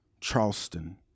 Charleston